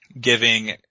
giving